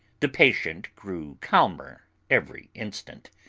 the patient grew calmer every instant,